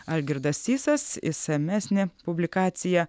algirdas sysas išsamesnė publikacija